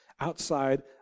outside